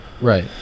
Right